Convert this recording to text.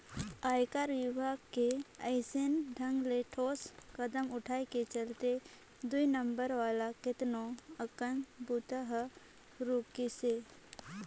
आयकर विभाग के अइसने ढंग ले ठोस कदम उठाय के चलते दुई नंबरी वाला केतनो अकन बूता हर रूकिसे